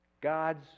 God's